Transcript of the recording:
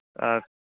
ꯑ